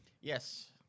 Yes